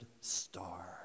star